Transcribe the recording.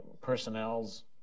personnel's